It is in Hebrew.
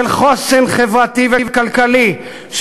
של חוסן חברתי וכלכלי,